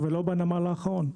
ולא בנמל האחרון.